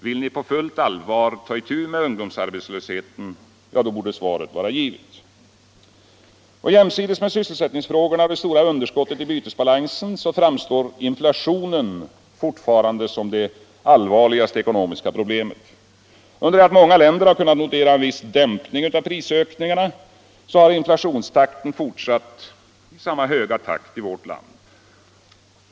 Vill ni på fullt allvar ta itu med ungdomsarbetslösheten — ja, då borde svaret varit givet. Jämsides med sysselsättningsfrågorna och det stora underskottet i bytesbalansen framstår inflationen fortfarande som det allvarligaste ekonomiska problemet. Under det att många länder kunnat notera en viss dämpning av prisökningarna har inflationen fortsatt i samma höga takt i vårt land.